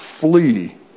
flee